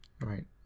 right